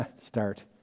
start